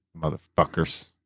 Motherfuckers